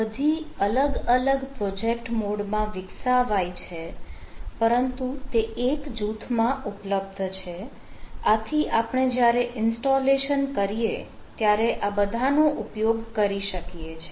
આ બધી અલગ અલગ પ્રોજેક્ટ મોડમાં વિકસાવાઈ છે પરંતુ તે એક જૂથ માં ઉપલબ્ધ છે આથી આપણે જ્યારે ઇન્સ્ટોલેશન કરીએ ત્યારે આ બધાનો ઉપયોગ કરી શકીએ છે